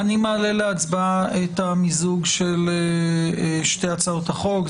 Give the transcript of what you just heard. מעלה להצבעה את המיזוג של שתי הצעות החוק.